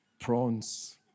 Prawns